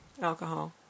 alcohol